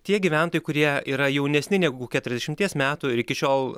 tie gyventojai kurie yra jaunesni negu keturiasdešimties metų ir iki šiol